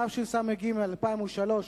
התשס"ג 2003,